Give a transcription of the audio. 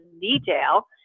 detail